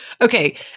Okay